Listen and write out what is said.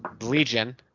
Legion